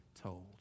told